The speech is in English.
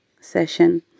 session